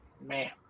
Man